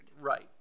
Right